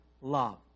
love